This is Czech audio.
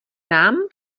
nám